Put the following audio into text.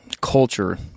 culture